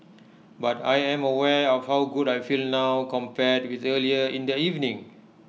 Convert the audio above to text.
but I am aware of how good I feel now compared with earlier in the evening